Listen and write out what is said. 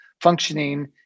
functioning